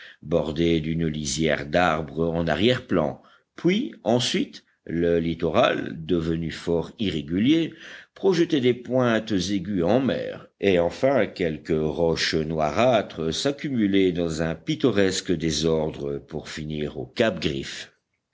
bordée d'une lisière d'arbres en arrière plan puis ensuite le littoral devenu fort irrégulier projetait des pointes aiguës en mer et enfin quelques roches noirâtres s'accumulaient dans un pittoresque désordre pour finir au cap griffe